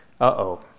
Uh-oh